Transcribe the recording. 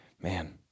Man